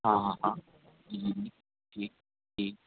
हाँ हाँ हाँ जी जी जी जी जी